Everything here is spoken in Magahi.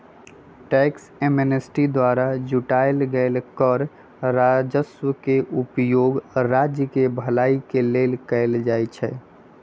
टैक्स एमनेस्टी द्वारा जुटाएल गेल कर राजस्व के उपयोग राज्य केँ भलाई के लेल कएल जाइ छइ